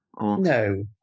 no